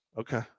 Okay